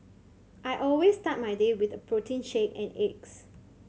I always start my day with a protein shake and eggs